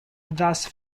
thus